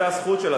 זו הזכות שלה,